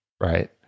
right